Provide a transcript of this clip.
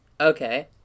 Okay